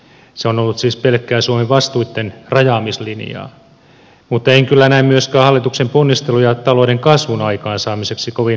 se on ollut siis pelkkää suomen vastuitten rajaamislinjaa mutta en kyllä näe myöskään hallituksen ponnisteluja talouden kasvun aikaansaamiseksi kovin tarmokkaina